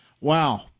Wow